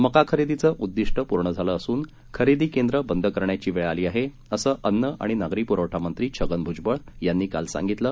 मका खरेदीचं उद्दिष्ट पूर्ण झालं असून खरेदी केंद्रं बंद करण्याची वेळ आली आहे असं अन्न आणि नागरी पुरवठा मंत्री छगन भुजबळ यांनी काल सांगितलं